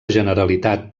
generalitat